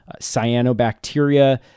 cyanobacteria